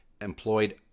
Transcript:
employed